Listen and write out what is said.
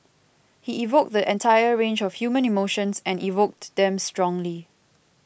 he evoked the entire range of human emotions and evoked them strongly